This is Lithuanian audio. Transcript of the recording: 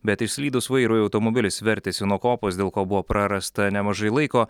bet išslydus vairui automobilis vertėsi nuo kopos dėl ko buvo prarasta nemažai laiko